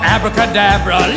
Abracadabra